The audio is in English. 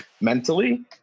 Mentally